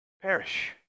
perish